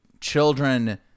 children